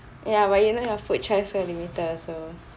ya but you know your food choice so limited also